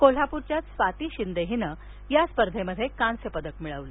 कोल्हापूरच्याच स्वाती शिंदे हिन या स्पर्धेमध्ये कांस्य पदक मिळवलं